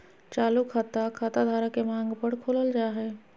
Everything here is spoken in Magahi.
चालू खाता, खाता धारक के मांग पर खोलल जा हय